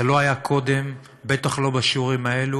זה לא היה קודם, בטח לא בשיעורים האלה.